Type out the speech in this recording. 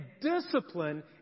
discipline